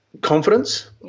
confidence